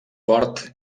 port